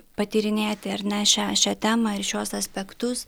patyrinėti ar ne šią šią temą ir šiuos aspektus